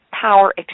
power